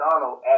Donald